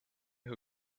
who